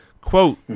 Quote